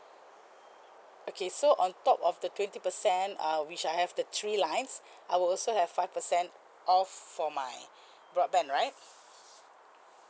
okay so on top of the twenty percent uh which I have the three lines I will also have five percent off for my broadband right